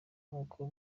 kuko